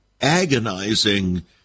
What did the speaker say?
agonizing